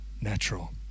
natural